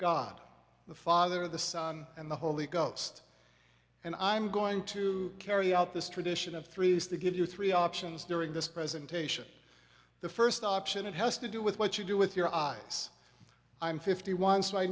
god the father the son and the holy ghost and i'm going to carry out this tradition of threes to give you three options during this presentation the first option it has to do with what you do with your eyes i'm fifty one so i